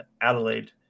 Adelaide